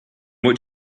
what